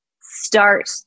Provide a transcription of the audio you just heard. start